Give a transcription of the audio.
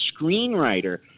screenwriter